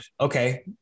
Okay